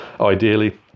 Ideally